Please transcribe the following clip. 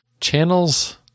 Channels